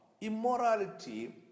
immorality